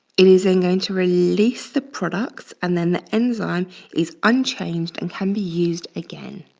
it is then going to release the products and then the enzyme is unchanged and can be used again.